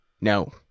No